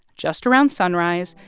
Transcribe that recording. just around sunrise,